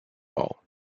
ball